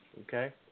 Okay